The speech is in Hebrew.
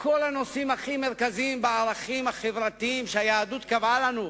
כל הנושאים הכי מרכזיים בערכים החברתיים שהיהדות קבעה לנו.